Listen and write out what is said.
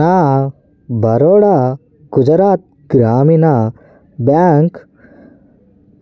నా బరోడా గుజరాత్ గ్రామీణ బ్యాంక్